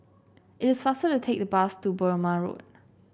it is faster to take the bus to Burmah Road